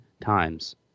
times